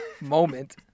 moment